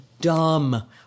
dumb